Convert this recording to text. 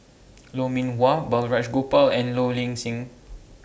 Lou Mee Wah Balraj Gopal and Low Ing Sing